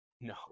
No